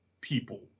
people